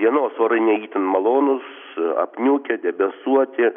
dienos orai nei malonūs apniukę debesuoti